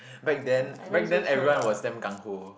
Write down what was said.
back then back then everyone was damn gung ho